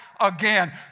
Again